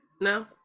No